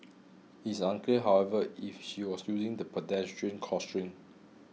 it is unclear however if she was using the pedestrian crossing